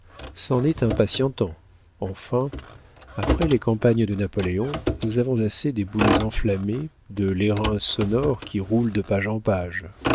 c'en est impatientant enfin après les campagnes de napoléon nous avons assez des boulets enflammés de l'airain sonore qui roulent de page en page